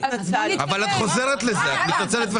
אבל את חוזרת לזה, את מתנצלת וחוזרת.